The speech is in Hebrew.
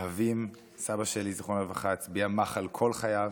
סבא שלי ז"ל הצביע מחל כל חייו,